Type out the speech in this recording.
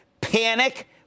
Panic